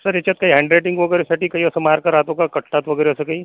sir याच्यात काही handwriting वगैरेसाठी काही असं मार्क राहतो का कटतात वगैरे असं काही